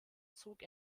zog